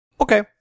Okay